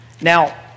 Now